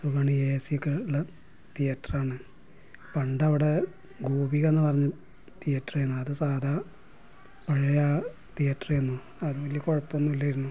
സുഖമാണ് എ സിയൊക്കെ ഉള്ള തിയേറ്റർ ആണ് പണ്ട് അവിടെ ഗോപിക എന്ന് പറഞ്ഞ തിയേറ്റർ ആയിരുന്നു അത് സാധാ പഴയ തിയേറ്റർ ആയിരുന്നു അത് വലിയ കുഴപ്പമൊന്നും ഇല്ലായിരുന്നു